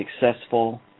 successful